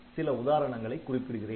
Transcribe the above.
சில உதாரணங்களை குறிப்பிடுகிறேன்